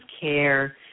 care